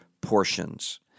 portions